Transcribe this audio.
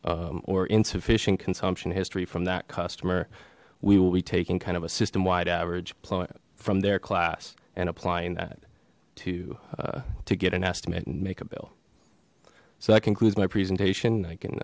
or insufficient consumption history from that customer we will be taking kind of a system wide average client from their class and applying that to to get an estimate and make a bill so that concludes my presentation i can